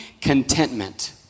contentment